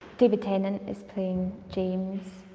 david tennant is playing james,